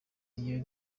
ari